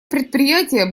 предприятие